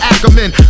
Ackerman